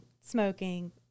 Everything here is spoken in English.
smoking